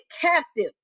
captive